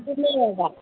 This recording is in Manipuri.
ꯑꯗꯨꯅꯦꯕ